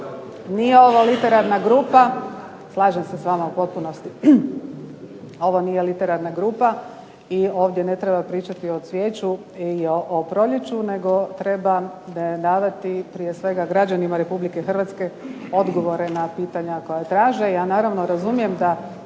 nije ovo literarna grupa, slažem se s vama u potpunosti ovo nije literarna grupa i ovdje ne treba pričati o cvijeću i o proljeću, nego treba davati prije svega građanima Republike Hrvatske odgovore na pitanja koja traže. Ja naravno razumijem da